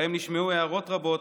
שבהם נשמעו הערות רבות,